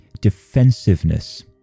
defensiveness